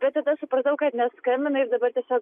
bet tada supratau kad neskambina ir dabar tiesiog